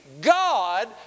God